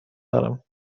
دارم